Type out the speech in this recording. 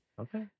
Okay